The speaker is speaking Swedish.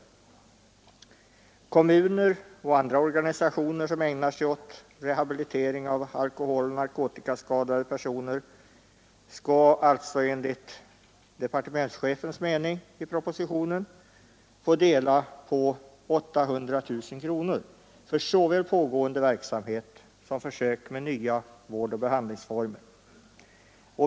Kommuner och andra organisationer som ägnar sig åt rehabilitering av alkoholoch narkotikaskadade personer skall alltså enligt departementschefens mening i propositionen få dela på 800 000 kronor för såväl pågående verksamhet som försök med nya vårdoch behandlingsformer.